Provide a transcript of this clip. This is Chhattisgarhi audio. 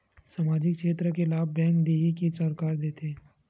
सामाजिक क्षेत्र के लाभ बैंक देही कि सरकार देथे?